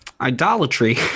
idolatry